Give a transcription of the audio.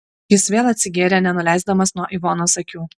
jis vėl atsigėrė nenuleisdamas nuo ivonos akių